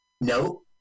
No